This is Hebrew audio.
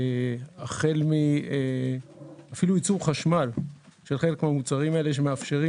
החל מייצור חשמל של חלק מהמוצרים האלה שמאפשרים